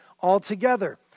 altogether